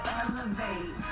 elevate